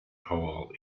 hole